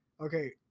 okay